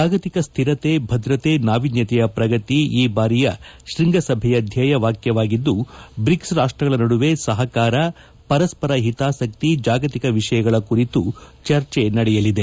ಜಾಗತಿಕ ಸ್ಟಿರತೆ ಭದ್ರತೆ ನಾವಿನ್ನತೆಯ ಪ್ರಗತಿ ಈ ಬಾರಿಯ ಶೃಂಗಸಭೆಯ ಧ್ಲೆಯವಾಕ್ಷವಾಗಿದ್ದು ಬ್ರಿಕ್ಸ್ ರಾಷ್ಷ ನಡುವೆ ಸಹಕಾರ ಪರಸ್ವರ ಹಿತಾಸಕ್ತಿ ಜಾಗತಿಕ ವಿಷಯಗಳ ಕುರಿತು ಚರ್ಚೆ ನಡೆಯಲಿದೆ